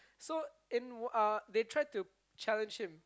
so in uh they tried to challenge him